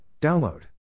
Download